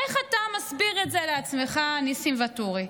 איך אתה מסביר את זה לעצמך, ניסים ואטורי?